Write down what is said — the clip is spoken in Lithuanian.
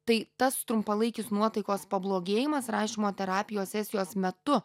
tai tas trumpalaikis nuotaikos pablogėjimas rašymo terapijos sesijos metu